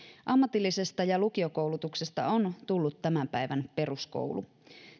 ammatillisesta ja lukiokoulutuksesta on tullut tämän päivän peruskoulu